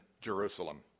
Jerusalem